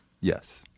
Yes